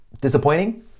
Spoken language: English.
disappointing